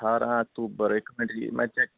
ਅਠਾਰਾਂ ਅਕਤੂਬਰ ਇੱਕ ਮਿੰਟ ਜੀ ਮੈਂ ਚੈੱਕ